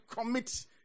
commit